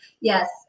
yes